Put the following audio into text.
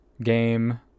game